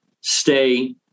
stay